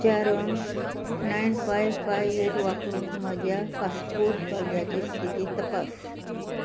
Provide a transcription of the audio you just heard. चार अंक nine five five eight वापरून म्हज्या पासपोर्ट अर्जाची स्थिती तपास